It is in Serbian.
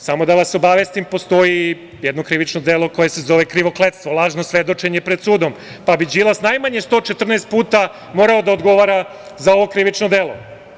Samo da vas obavestim da postoji jedno krivično delo koje se zove krivokletstvo, lažno svedočenje pred sudom, pa bi Đilas najmanje 114 puta morao da odgovara za ovo krivično delo.